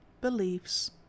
beliefs